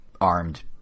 armed